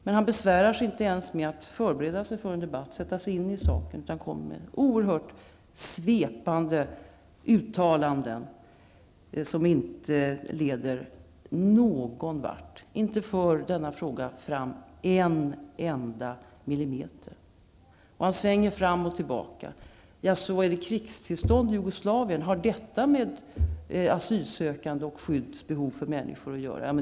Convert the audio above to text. Men han besvärar sig inte ens med att förbereda sig för en debatt, sätta sig in i saken, utan han kommer med oerhört svepande uttalanden, som inte leder någonvart, inte för denna fråga fram en millimeter. Han svänger fram och tillbaka. Jaså, är det krigstillstånd i Jugoslavien, och har detta med asylsökande och skyddsbehov att göra? frågar han.